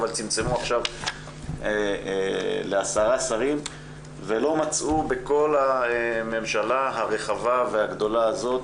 אבל צמצמו עכשיו לעשרה שרים ולא מצאו בכל הממשלה הרחבה והגדולה הזאת